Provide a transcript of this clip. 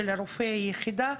של רופא היחידה,